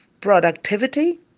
productivity